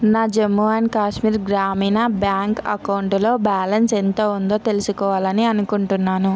నా జమ్ము అండ్ కాశ్మీర్ గ్రామీణ బ్యాంక్ అకౌంటులో బ్యాలన్స్ ఎంత ఉందో తెలుసుకోవాలని అనుకుంటున్నాను